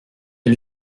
est